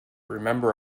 remember